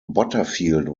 butterfield